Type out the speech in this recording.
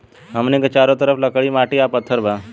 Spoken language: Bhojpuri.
हमनी के चारो तरफ लकड़ी माटी आ पत्थर बा